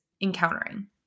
encountering